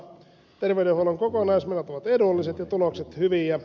terveydenhuollon kokonaismenot ovat edulliset ja tulokset hyviä